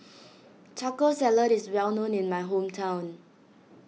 Taco Salad is well known in my hometown